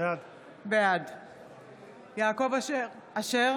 בעד יעקב אשר, בעד